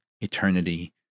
eternity